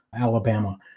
Alabama